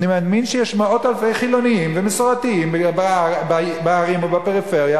אני מאמין שיש מאות אלפי חילונים ומסורתיים בערים או בפריפריה